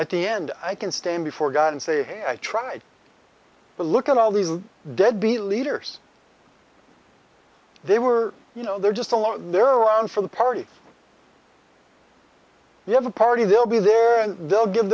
at the end i can stand before god and say hey i tried to look at all these dead beat leaders they were you know they're just along they're on for the party you have a party they'll be there and they'll give